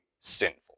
sinful